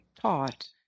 taught